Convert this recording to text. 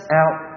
out